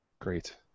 great